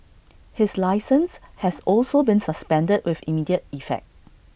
his licence has also been suspended with immediate effect